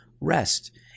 rest